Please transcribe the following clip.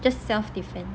just self defence